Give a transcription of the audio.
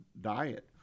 diet